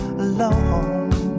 alone